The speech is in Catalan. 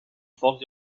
foc